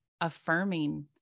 affirming